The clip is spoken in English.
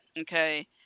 okay